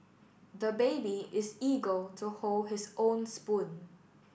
the baby is eager to hold his own spoon